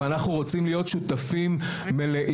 אבל אנחנו רוצים להיות שותפים מלאים.